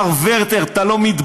מר ורטר, אתה לא מתבייש?